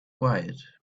quiet